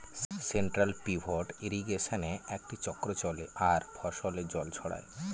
central pivot ইর্রিগেশনে একটি চক্র চলে আর ফসলে জল ছড়ায়